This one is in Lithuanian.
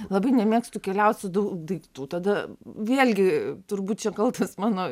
labai nemėgstu keliaut su daug daiktų tada vėl gi turbūt čia kaltas mano